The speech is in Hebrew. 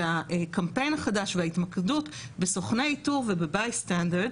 והקמפיין החדש וההתמקדות בסוכני איתור וב-Bystanders,